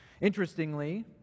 Interestingly